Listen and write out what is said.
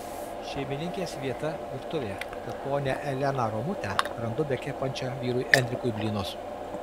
šeimininkės vieta virtuvė tad ponią eleną romutę randu bekepančią vyrui enrikui blynus